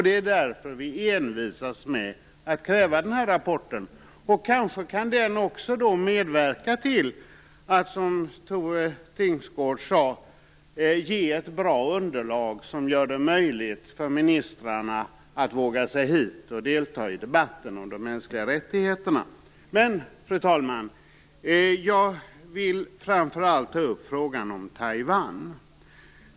Det är därför som vi envisas med att kräva den här rapporten. Kanske kan den medverka till att, som Tone Tingsgård sade, ge ett bra underlag som gör att ministrarna vågar sig hit och delta i debatten om de mänskliga rättigheterna. Fru talman! Jag vill framför allt ta upp frågan om Taiwan.